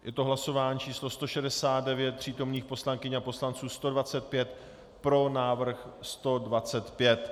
Je to hlasování číslo 169, přítomných poslankyň a poslanců 125, pro návrh 125 .